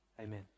Amen